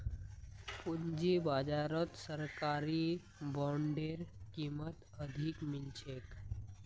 पूंजी बाजारत सरकारी बॉन्डेर कीमत अधिक मिल छेक